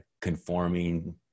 conforming